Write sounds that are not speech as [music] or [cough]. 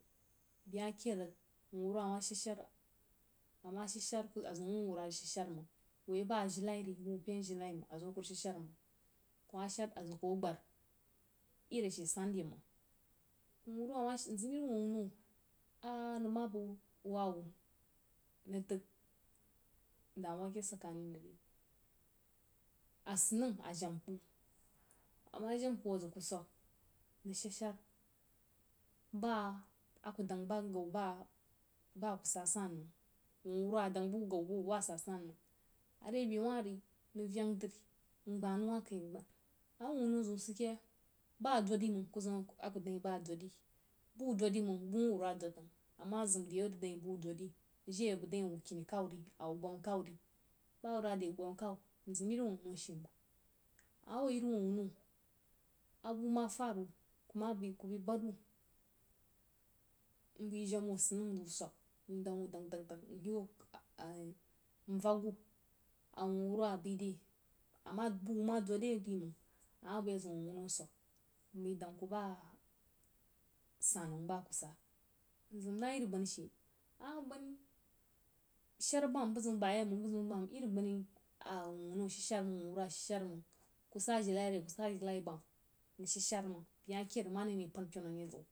Beh ma keid rig wuh wuewah ma shad-shaar ama shad-shaar a zim a wuh wurwa rig shad-shaar məng woī a bah ajirenai ri bəg wuh peīn ajirenai məng a zim akuh rig shad-shara məng, kuh ma shad a zəg kuh bara iri ashe san re məng wuh wurwa amah mzim iri wuh wunno anəng ma bəg wah wuh nəng dəg damuwa ke sankare rig ri a sanəng a jamb kuh, a ma jamb kuh a zəg kuh swək nshad-shaar, baá a kuh dəng gau baá kuh swək nshad-shaar, baá a kuh dəng gau baá kuh sa san məng, wuh wurwa a dəng bəg wu gau beha sa san məng are beh wah nəng veng-dri ngbah nay wah kai, a mah wuh wunno zeun sid ke yei baá dod-məng ku zím a ku rig dəng wun baa dod-ri bəg wuh dod di məng bəg wuh wurwa dod-ri amah a zím de a rig dəng wuín bəg wah dod-ri, je a bəg dəng wuín a wu kini kawu ri ba wurwa re bam kawu mzím iri wuh-wunno she məng a mah a woi iri wuh-wunno a bu ma faru ku ma bai ku bai bad-wuh, mbai jamb wuh asanəng nzəg wuh swəg ndəng wuh dəg-dəng nyewu [hesitation] nvak wuh, a wu wuh-wurwa a bai de bəg wu ma dod-re məng a zəg wuh-wunno swəg mbai dəng ku ba sanməng bah ku saá mzim na in banni she a mah banni shaar bam bəg ziu bn yeī məng, bəg ziu bam iri banni ah wuh-wunno shad-shaar məng wuh-wunnah shad shaar məng ku sn ajirenai re, ku sa ayrennai bum nshad-shaar məng beh ma keid marene pan penu mye ziu.